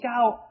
out